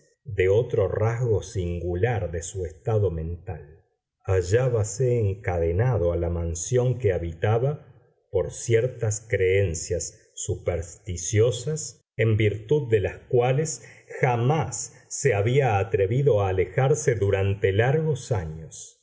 de otro rasgo singular de su estado mental hallábase encadenado a la mansión que habitaba por ciertas creencias supersticiosas en virtud de las cuales jamás se había atrevido a alejarse durante largos años